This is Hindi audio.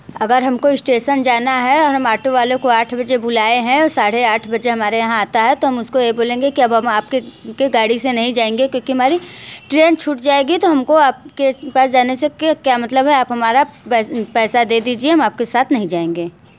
अगर हमको इस्टेशन जाना है और हम ऑटो वाले को आठ बजे बुलाएँ हैं और साड़े आठ बजे हमारे यहाँ आता है तो हम उसको ये बोलेंगे के अब हम आपके के गाड़ी से नहीं जाएंगे क्योंकि हमारी ट्रेन छूट जाएगी तो हमको आपके पास जाने से के क्या मतलब है आप हमारा पै पैसा दे दीजिए हम आपके साथ नहीं जाएंगे